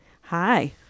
hi